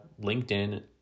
LinkedIn